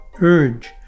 urge